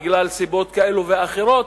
בגלל סיבות כאלה ואחרות,